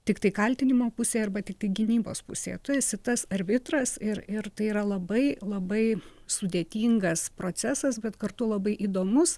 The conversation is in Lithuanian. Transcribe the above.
tiktai kaltinimo pusėje arba tiktai gynybos pusėje tu esi tas arbitras ir ir tai yra labai labai sudėtingas procesas bet kartu labai įdomus